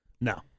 No